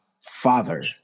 father